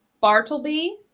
Bartleby